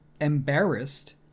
embarrassed